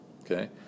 Okay